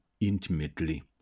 intimately